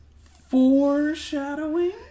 Foreshadowing